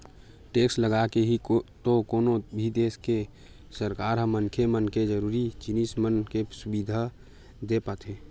tax लगाके ही तो कोनो भी देस के सरकार ह मनखे मन के जरुरी जिनिस मन के सुबिधा देय पाथे